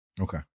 okay